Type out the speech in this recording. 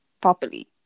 properly